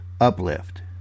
uplift